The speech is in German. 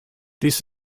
dies